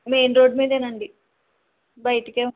main road మీదనే అండి బయటికే ఉం